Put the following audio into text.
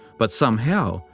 but somehow,